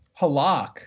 Halak